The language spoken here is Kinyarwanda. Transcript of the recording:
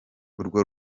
urwo